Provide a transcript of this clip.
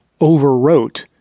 overwrote